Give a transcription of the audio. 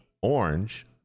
Orange